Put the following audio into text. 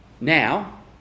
now